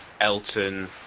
Elton